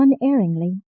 unerringly